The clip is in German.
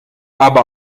aber